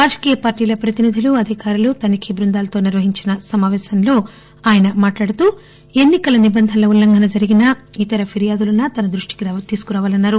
రాజకీయ పార్లీల ప్రతినిధులు అధికారులు తనిఖీ బృందాలతో నిర్వహించిన సమావేశంలో ఆయన మాట్లాడుతూ ఎన్సి కల నిబంధనలు ఎక్కడ ఉల్లంఘన జరిగినా ఇతర ఫిర్యాదులు ఉన్నా తన దృష్టికి తీసుకురావాలని కోరారు